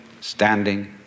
standing